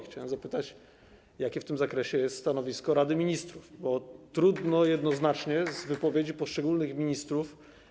Chciałem zapytać, jakie w tym zakresie jest stanowisko Rady Ministrów, bo trudno się tego dowiedzieć z wypowiedzi poszczególnych ministrów.